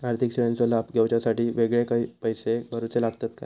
आर्थिक सेवेंचो लाभ घेवच्यासाठी वेगळे पैसे भरुचे लागतत काय?